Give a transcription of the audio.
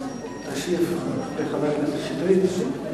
תשיב לחבר הכנסת שטרית.